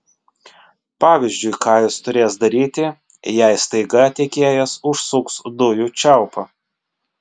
pavyzdžiui ką jis turės daryti jei staiga tiekėjas užsuks dujų čiaupą